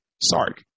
Sark